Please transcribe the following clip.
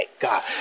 God